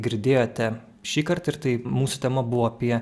girdėjote šįkart ir tai mūsų tema buvo apie